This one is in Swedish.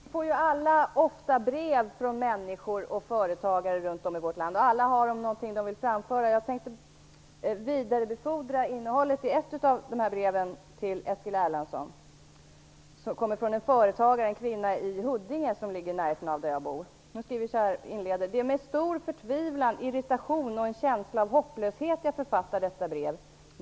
Fru talman! Vi får alla ofta brev från människor och företagare runt om i vårt land. Alla har de något som de vill framföra. Jag tänkte bara vidarebefordra innehållet i ett av dessa brev till Eskil Erlandsson. Brevet kommer från en kvinnlig företagare i Huddinge som ligger i närheten av där jag bor. Hon skriver: "Det är med stor förtvivlan, irritation och en känsla av hopplöshet jag författar detta brev.